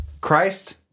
Christ